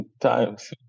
times